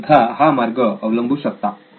तुम्ही सुद्धा हा मार्ग अवलंबू शकता